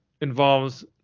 involves